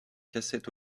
cassette